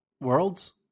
Worlds